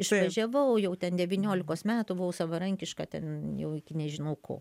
išvažiavau jau ten devyniolikos metų buvau savarankiška ten jau iki nežinau ko